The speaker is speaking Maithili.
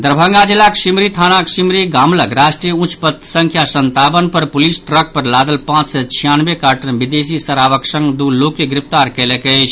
दरभंगा जिलाक सिमरी थानाक सिमरी गाम लग राष्ट्रीय उच्च पथ संख्या संतावन पर पुलिस ट्रक पर लादल पांच सय छियानवे कार्टन विदेशी शराबक संग दू लोक के गिरफ्तार कयलक अछि